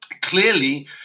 clearly